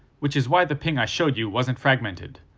which is why the ping i showed you wasn't fragmented.